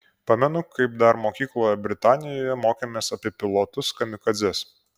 pamenu kaip dar mokykloje britanijoje mokėmės apie pilotus kamikadzes